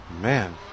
Man